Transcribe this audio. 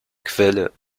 quelle